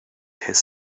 his